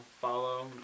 follow